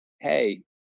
hey